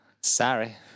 Sorry